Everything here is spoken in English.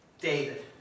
David